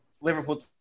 Liverpool